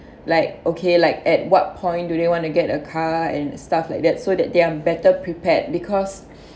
like okay like at what point do they want to get a car and stuff like that so that they are better prepared because